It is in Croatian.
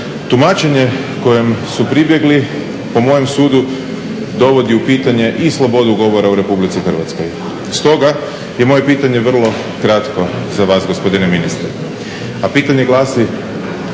Tumačenje kojem su pribjegli po mojem sudu dovodi u pitanje i slobodu govora u Republici Hrvatskoj. Stoga je moje pitanje vrlo kratko za vas gospodine ministre. A pitanje glasi: